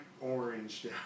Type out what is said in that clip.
orange